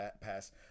pass